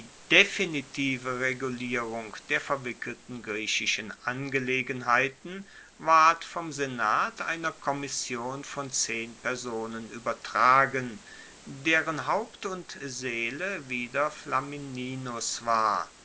definitive regulierung der verwickelten griechischen angelegenheiten ward vom senat einer kommission von zehn personen uebertragen deren haupt und seele wieder flamininus war